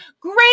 great